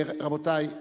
רבותי,